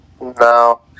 no